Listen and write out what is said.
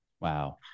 Wow